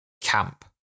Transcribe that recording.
camp